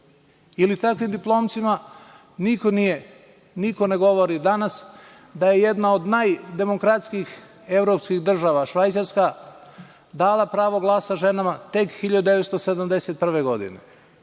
Ili takvim diplomcima niko ne govori danas da je jedna od najdemokratskijih evropskih država, Švajcarska, dala pravo glasa ženama tek 1971. godine,